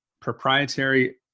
proprietary